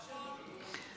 נכון.